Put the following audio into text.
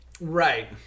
Right